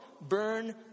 burn